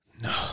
No